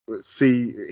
see